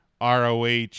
ROH